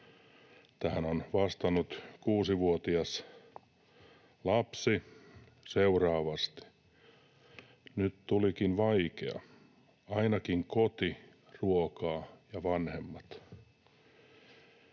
Tähän on vastannut kuusivuotias lapsi seuraavasti: ”Nyt tulikin vaikea. Ainakin koti, ruokaa ja vanhemmat.”